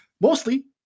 mostly